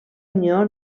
unió